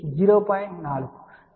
4